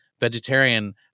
vegetarian